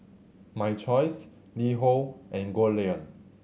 My Choice LiHo and Goldlion